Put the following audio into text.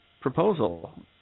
proposal